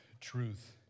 truth